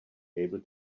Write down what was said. able